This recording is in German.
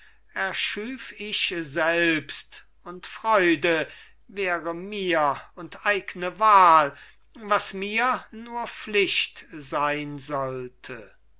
erschüf ich selbst und freude wäre mir und eigne wahl was mir nur pflicht sein sollte